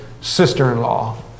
sister-in-law